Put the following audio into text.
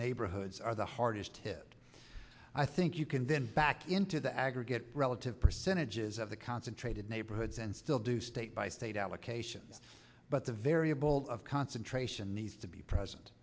neighborhoods are the hardest hit i think you can then back into the aggregate relative percentages of the concentrated neighborhoods and still do state by state allocation but the variables of concentration needs to be present